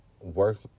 work